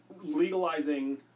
legalizing